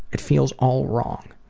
it feels all wrong.